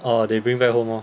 orh they bring back home lor